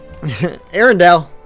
Arendelle